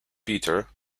peter